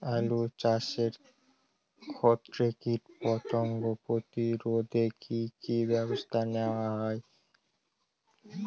আলু চাষের ক্ষত্রে কীটপতঙ্গ প্রতিরোধে কি কী ব্যবস্থা নেওয়া হয়?